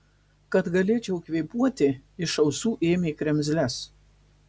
kad galėčiau kvėpuoti iš ausų ėmė kremzles